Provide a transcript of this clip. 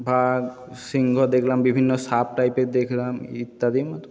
বাঘ সিংহ দেখলাম বিভিন্ন সাপ টাইপের দেখলাম ইত্যাদি